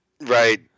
Right